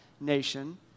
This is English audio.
nation